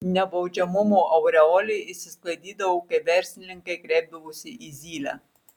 nebaudžiamumo aureolė išsisklaidydavo kai verslininkai kreipdavosi į zylę